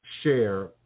share